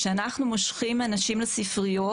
כשאנחנו מושכים אנשים לספריות,